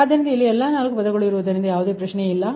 ಆದ್ದರಿಂದ ಇಲ್ಲಿ ಎಲ್ಲಾ 4 ಪದಗಳು ಇರುವುದರಿಂದ ಯಾವುದೇ ಪ್ರಶ್ನೆಯಿಲ್ಲ